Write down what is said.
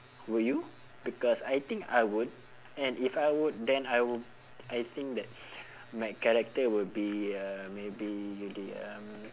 will you because I think I would and if I would then I would I think that my character will be um maybe